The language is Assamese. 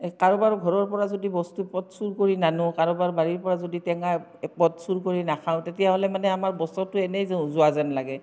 কাৰোবাৰ ঘৰৰ পৰা যদি বস্তুপদ চুৰ কৰি নানো কাৰোবাৰ বাৰীৰ পৰা যদি টেঙা এক একপদ চুৰ কৰি নাখাওঁ তেতিয়াহ'লে মানে আমাৰ বছৰটো এনেই যোৱা যেন লাগে